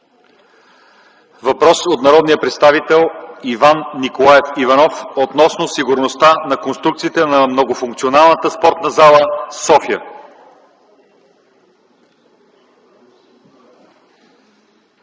Въпрос от народния представител Иван Николаев Иванов относно сигурността на конструкциите на Многофункционална спортна зала - София.